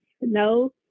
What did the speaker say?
No